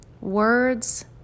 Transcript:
words